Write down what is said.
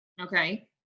okay